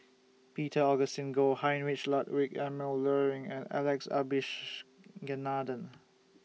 Peter Augustine Goh Heinrich Ludwig Emil Luering and Alex Abisheganaden